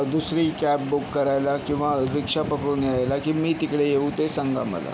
दुसरी cab book करायला किंवा रिक्षा पकडून यायला की मी तिकडे येऊ ते सांगा मला